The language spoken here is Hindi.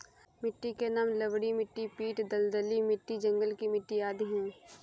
मिट्टी के नाम लवणीय मिट्टी, पीट दलदली मिट्टी, जंगल की मिट्टी आदि है